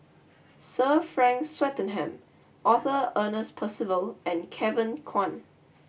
Sir Frank Swettenham Arthur Ernest Percival and Kevin Kwan